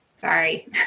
Sorry